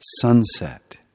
sunset